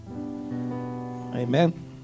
Amen